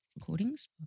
recordings